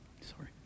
Sorry